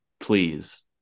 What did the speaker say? please